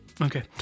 Okay